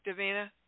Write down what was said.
Davina